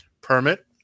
permit